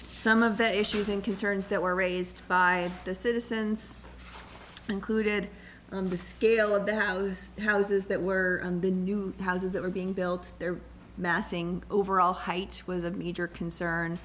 some of the issues and concerns that were raised by the citizens included on the scale of the house the houses that were in the new houses that were being built there massing overall height was a major concern